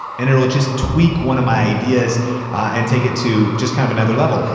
and it'll just tweak one of my ideas and take it to just kind of another level.